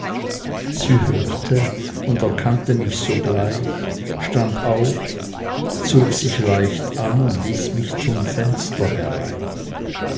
sie hörte und erkannte mich sogleich stand auf zog sich leicht an und ließ mich zum fenster herein